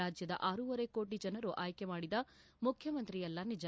ರಾಜ್ಯದ ಆರೂವರೆ ಕೋಟ ಜನರು ಆಯ್ಕೆ ಮಾಡಿದ ಮುಖ್ಯಮಂತ್ರಿಯಲ್ಲ ನಿಜ